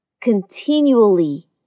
continually